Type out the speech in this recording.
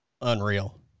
Unreal